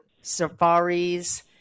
safaris